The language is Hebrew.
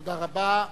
תודה רבה.